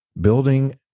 building